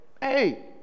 Hey